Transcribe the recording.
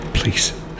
Please